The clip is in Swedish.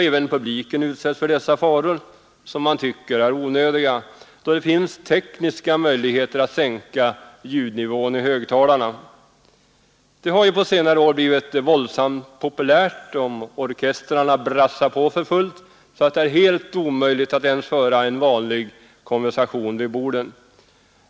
Även publiken utsätts för dessa faror — som man tycker är onödiga då det finns tekniska möjligheter att sänka ljudnivån i högtalarna. Det har ju på senare år blivit våldsamt populärt att orkestrarna brassar på för fullt, så att det är helt omöjligt att ens föra en vanlig konversation vid borden.